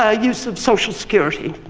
ah use of social security.